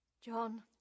John